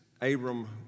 Abram